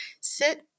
sit